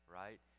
right